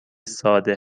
ساده